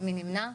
מי נמנע?